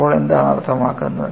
അപ്പോൾ എന്താണ് അർത്ഥമാക്കുന്നത്